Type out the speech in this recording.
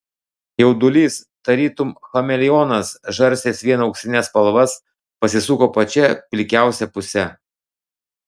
jaudulys tarytum chameleonas žarstęs vien auksines spalvas pasisuko pačia pilkiausia puse